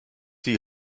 die